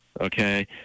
okay